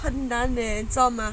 很难 leh 你知道吗